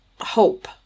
hope